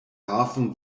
hafen